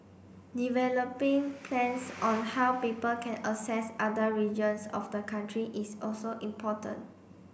developing plans on how people can access other regions of the country is also important